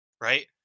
Right